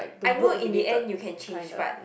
I know in the end you can change but